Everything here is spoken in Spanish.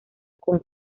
con